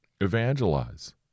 Evangelize